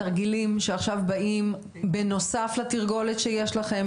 תרגילים שעכשיו באים בנוסף לתרגולת שיש לכם?